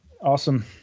awesome